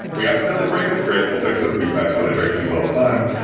we accidentally break it. great. we'll fix it. we accidentally break things all the time,